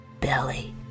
belly